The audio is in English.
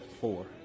Four